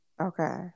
Okay